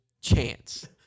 chance